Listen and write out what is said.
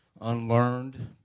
unlearned